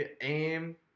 aim